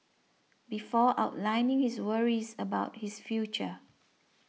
before outlining his worries about his future